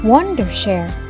Wondershare